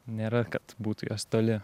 nėra kad būtų jos toli